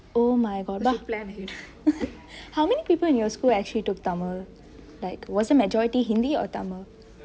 oh my god how many people in your school actually took tamil like was it majority hindi or tamil